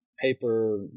paper